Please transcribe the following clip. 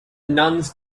nuns